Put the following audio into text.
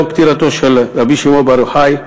יום פטירתו של רבי שמעון בר יוחאי,